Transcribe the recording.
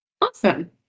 Awesome